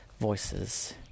voices